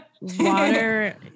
water